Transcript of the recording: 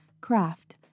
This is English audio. craft